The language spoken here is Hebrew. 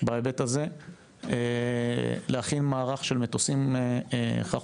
בהיבט הזה להכין מערך של מטוסים חכורים